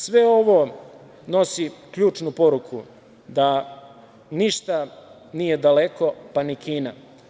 Sve ovo nosi ključnu poruku da ništa nije daleko, pa ni Kina.